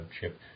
Chip